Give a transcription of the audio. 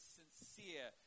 sincere